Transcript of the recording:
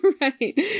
Right